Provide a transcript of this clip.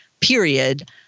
period